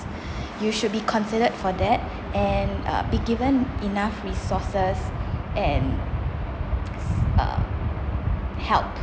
you should be considered for that and uh be given enough resources and uh help